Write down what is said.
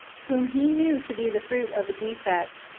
whom he knew to be the fruit of a defect,